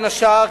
בין השאר,